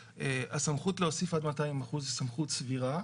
הסמכות להוסיף עד 200% היא סמכות סבירה,